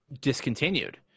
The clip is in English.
discontinued